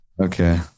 Okay